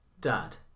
Dad